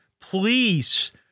Please